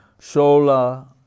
Shola